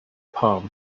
palm